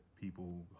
people